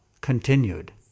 continued